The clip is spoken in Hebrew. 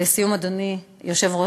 לסיום, אדוני היושב-ראש